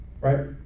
Right